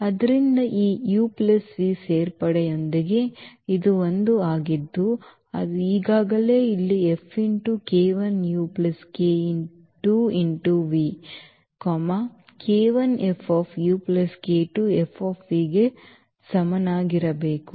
ಆದ್ದರಿಂದ ಈ u plus v ಸೇರ್ಪಡೆಯೊಂದಿಗೆ ಇದು ಒಂದು ಆಗಿದ್ದು ಅದು ಈಗಾಗಲೇ ಇಲ್ಲಿ ಗೆ ಸಮನಾಗಿರಬೇಕು